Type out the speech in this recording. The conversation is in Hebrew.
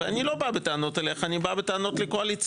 ואני לא בא בטענות אליך אלא בא בטענות לקואליציה.